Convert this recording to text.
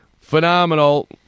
Phenomenal